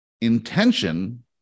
Intention